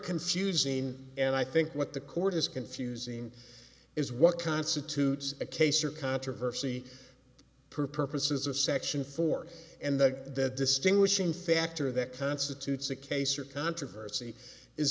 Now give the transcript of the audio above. confusing and i think what the court is confusing is what constitutes a case or controversy per purposes of section four and that distinguishing factor that constitutes a case or controversy is